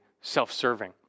self-serving